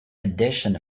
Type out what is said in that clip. edition